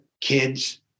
kids